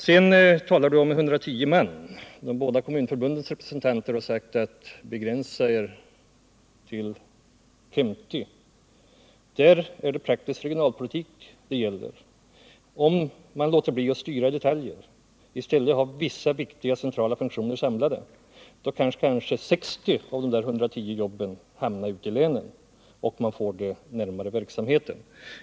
Sedan talade ni om 110 man, men de båda kommunförbundens representanter har sagt: Begränsa er till 50! Där gäller det praktisk regionalpolitik. Om man låter bli att detaljstyra och i stället har vissa viktiga centrala funktioner samlade, kan kanske 60 av de 110 jobben hamna ute i länen, varvid man får dem närmare sin egen verksamhet.